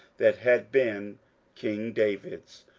that had been king david's,